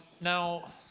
now